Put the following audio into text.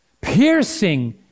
piercing